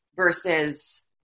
Versus